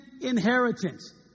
inheritance